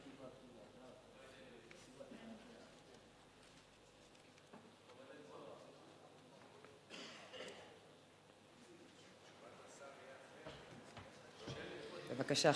בבקשה,